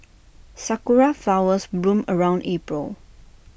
Sakura Flowers bloom around April